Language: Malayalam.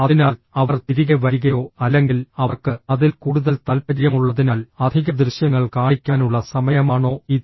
അതിനാൽ അവർ തിരികെ വരികയോ അല്ലെങ്കിൽ അവർക്ക് അതിൽ കൂടുതൽ താൽപ്പര്യമുള്ളതിനാൽ അധിക ദൃശ്യങ്ങൾ കാണിക്കാനുള്ള സമയമാണോ ഇത്